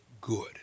good